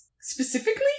Specifically